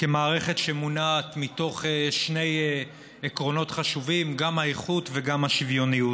כמערכת שמונעת מתוך שני עקרונות חשובים: גם האיכות וגם השוויוניות.